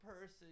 person